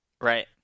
Right